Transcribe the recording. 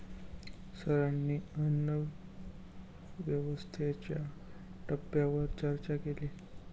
सरांनी अन्नव्यवस्थेच्या टप्प्यांवर चर्चा केली